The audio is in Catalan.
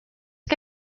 que